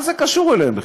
מה זה קשור אליהן בכלל?